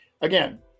Again